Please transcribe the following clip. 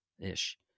ish